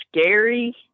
scary